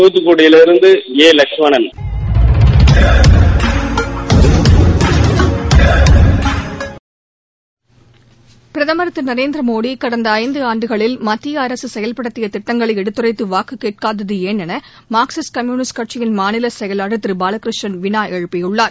தாக்குக்குடியிலிருந்து லகுஷ்மணன் பிரதுர் திரு நரேந்திர மோடி கடந்த ஐந்தாண்டுகளில் மத்திய அரசு செயல்படுத்திய திட்டங்களை எடுத்துரைத்து வாக்கு கேட்காதது ஏன் என மார்க்சிஸ்ட் கம்யூனிஸ்ட் கட்சியின் மாநிலச் செயலாளர் திரு பாலகிருஷ்ணன் வினா எழுப்பியுள்ளார்